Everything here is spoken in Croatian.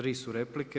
3 su replike.